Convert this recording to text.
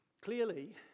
Clearly